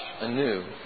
anew